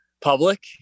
public